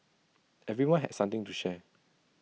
everyone had something to share